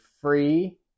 free